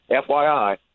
FYI